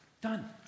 Done